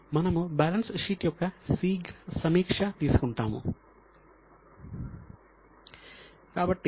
మనము balance sheet యొక్క శీఘ్ర సమీక్ష తీసుకుంటాము